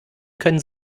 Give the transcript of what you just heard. können